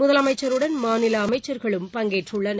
முதலமைச்சருடன் மாநில அமைச்சர்களும் பங்கேற்றுள்ளனர்